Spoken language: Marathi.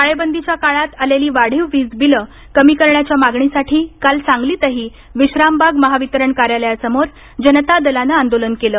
टाळेबंदीच्या काळात आलेली वाढीव वीज बिलं कमी करण्याच्या मागणीसाठी काल सांगलीतही विश्रामबाग महावितरण कार्यालयासमोर जनता दलानं आंदोलन केलं